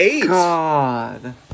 god